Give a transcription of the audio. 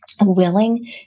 willing